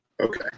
Okay